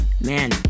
Man